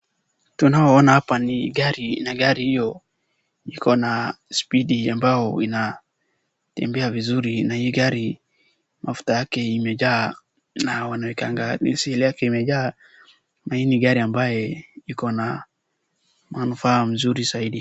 Tunaoona hapa ni gari na gari hiyo iko na speed ambayo inakimbia vizuri na hii gari mafuta yake imejaa na wanaekanga missle na hii ni gari ambayo iko na manufaa mzuri zaidi.